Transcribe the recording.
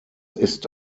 ist